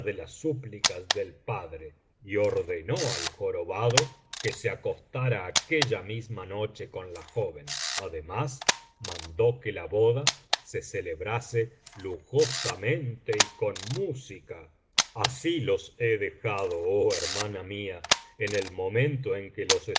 las súplicas del padre y ordenó al jorobado que se acostara aquella misma noche con la joven además mandó que la boda se celebrase lujosamente y con música así los he dejado oh hermana mía en el momento en que los